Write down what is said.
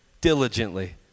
diligently